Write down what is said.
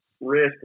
risk